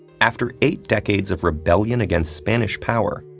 after eight decades of rebellion against spanish power,